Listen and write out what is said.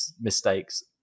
mistakes